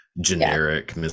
generic